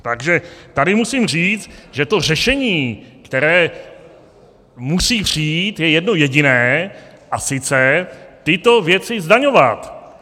Takže tady musím říct, že to řešení, které musí přijít, je jedno jediné, a sice tyto věci zdaňovat.